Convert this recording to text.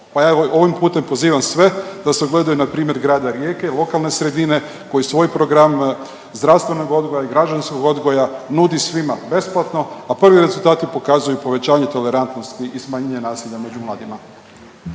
ovim putem pozivam sve da se ugledaju na primjer grada Rijeke i lokalne sredine koji svoj program zdravstvenog odgoja i građanskog odgoja nudi svima besplatno, a prvi rezultati pokazuju povećanje tolerantnosti i smanjenje nasilja među mladima.